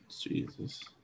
Jesus